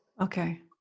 Okay